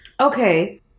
Okay